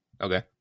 Okay